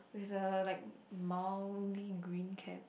with a like mildly green cap